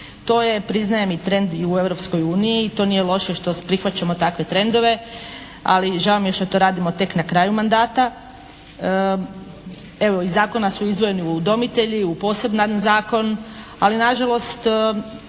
To je priznajem i trend i u Europskoj uniji i to nije loše što prihvaćamo takve trendove. Ali žao mi je što to radimo tek na kraju mandata. Evo, iz zakona su izdvojeni udomitelji u poseban zakon. Ali nažalost